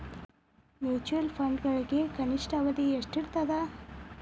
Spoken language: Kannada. ಮ್ಯೂಚುಯಲ್ ಫಂಡ್ಗಳಿಗೆ ಕನಿಷ್ಠ ಅವಧಿ ಎಷ್ಟಿರತದ